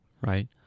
right